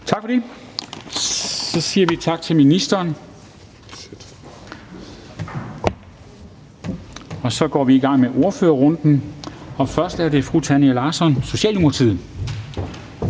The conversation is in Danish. Tak for det. Så siger vi tak til ministeren. Så går vi i gang med ordførerrunden. Først er det fru Tanja Larsson, Socialdemokratiet.